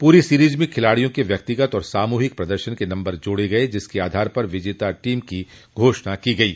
पूरी सीरीज में खिलाड़ियों के व्यक्तिगत और सामूहिक प्रदर्शन के नम्बर जोड़े गये जिसके आधार पर विजेता टीम की घोषणा की गयी